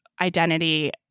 identity